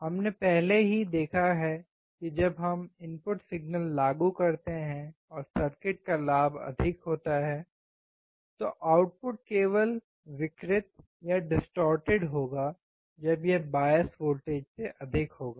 हमने पहले ही देखा है कि जब हम इनपुट सिग्नल लागू करते हैं और सर्किट का लाभ अधिक होता है तो आउटपुट केवल विकृत होगा जब यह बायस वोल्टेज से अधिक होगा